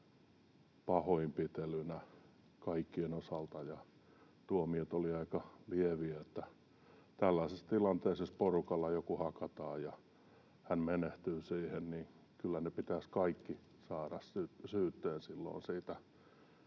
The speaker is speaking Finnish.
pahoinpitelynä kaikkien osalta ja tuomiot olivat aika lieviä. Tällaisessa tilanteessa, jos porukalla joku hakataan ja hän menehtyy siihen, kyllä niiden pitäisi kaikkien saada syyte silloin siitä,